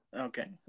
Okay